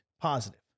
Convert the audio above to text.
positive